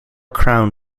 crown